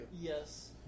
Yes